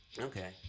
Okay